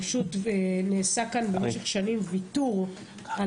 פשוט נעשה כאן במשך שנים ויתור על